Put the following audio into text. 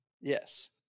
yes